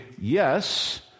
yes